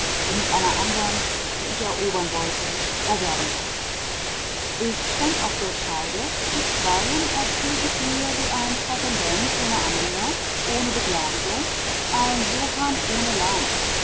und mit einer andern die ich erobern wollte erwerben sollte ich stand auf der scheide bisweilen erschien ich mir wie ein prätendent ohne anhänger ohne beglaubigung ein johann ohne land